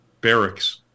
barracks